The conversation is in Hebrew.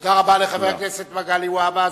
תודה רבה לחבר הכנסת מגלי והבה,